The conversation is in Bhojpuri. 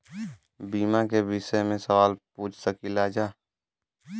बीमा के विषय मे सवाल पूछ सकीलाजा?